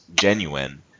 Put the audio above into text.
genuine